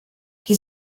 die